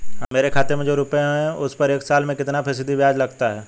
मेरे खाते में जो रुपये हैं उस पर एक साल में कितना फ़ीसदी ब्याज लगता है?